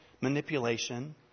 manipulation